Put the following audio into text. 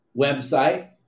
website